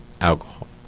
alcohol